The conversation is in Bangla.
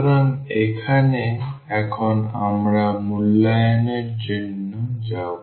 সুতরাং এখানে এখন আমরা মূল্যায়নের জন্য যাব